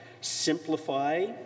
simplify